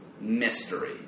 mystery